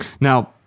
Now